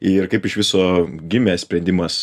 ir kaip iš viso gimė sprendimas